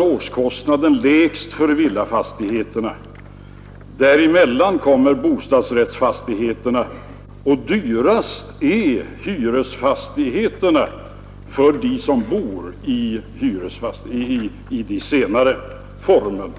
Årskostnaden är lägst för villafastigheterna och därefter kommer bostadsrättsfastigheterna medan hyresfastigheterna är den dyraste boendeformen för